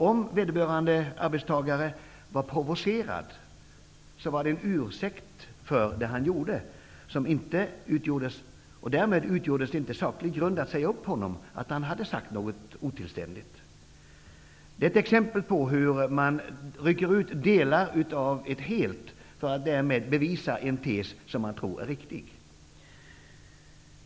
Om vederbörande arbetstagare var provocerad, var det en ursäkt för det han gjorde, och därmed var det inte saklig grund för att säga upp honom att han hade sagt något otillständigt. Det är ett exempel på hur man rycker ut delar av ett helt för att därmed bevisa en tes som man tror är riktig.